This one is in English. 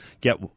get